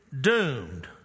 doomed